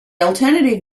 alternative